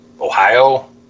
ohio